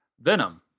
Venom